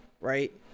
right